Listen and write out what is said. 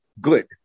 Good